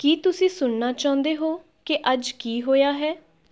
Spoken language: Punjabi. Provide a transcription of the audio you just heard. ਕੀ ਤੁਸੀਂ ਸੁਣਨਾ ਚਾਹੁੰਦੇ ਹੋ ਕਿ ਅੱਜ ਕੀ ਹੋਇਆ ਹੈ